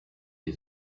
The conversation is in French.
des